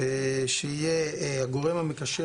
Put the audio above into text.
שיהיה הגורם המקשר